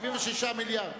76 מיליארד.